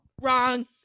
Wrong